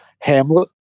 hamlet